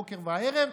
בוקר וערב,